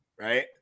right